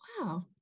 wow